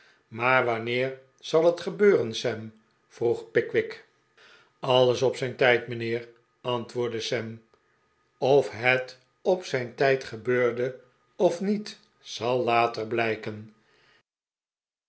maar wanneer zal dat gebeuren sam vroeg pickwick alles op zijn tijd mijnheer antwoordde sam of het op zijn tijd gebeurde of niet zal later blijken